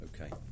Okay